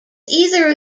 either